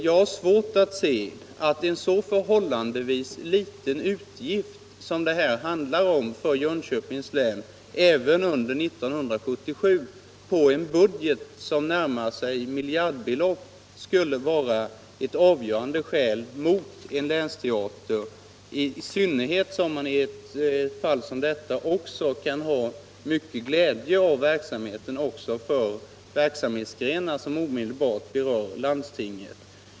Jag har svårt att finna att en så förhållandevis liten utgift som det handlar om för Jönköpings län — även under år 1977 - i en budget som närmar sig miljardbelopp skulle kunna vara ett avgörande skäl mot en länsteater, i synnerhet som man kan ha glädje av teatern även för andra verksamhetsgrenar som direkt berör landstinget.